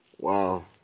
Wow